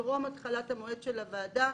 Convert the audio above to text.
טרום התחלת המועד של הוועדה,